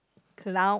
cloud